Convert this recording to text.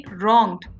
wronged